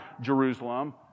Jerusalem